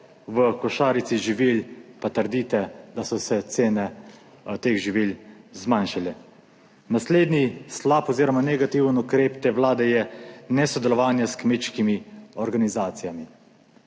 v košarici živil, pa trdite, da so se cene teh živil zmanjšale. Naslednji slab oziroma negativen ukrep te Vlade je nesodelovanje s kmečkimi organizacijami.